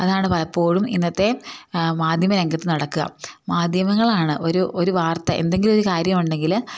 അതാണ് പലപ്പോഴും ഇന്നത്തെ മാധ്യമ രംഗത്ത് നടക്കുക മാധ്യമങ്ങളാണ് ഒരു ഒരു വാർത്ത എന്തെങ്കിലും ഒരു കാര്യം ഉണ്ടെങ്കിൽ